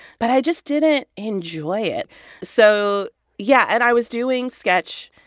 but i just didn't enjoy it so yeah and i was doing sketch,